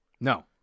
No